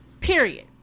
Period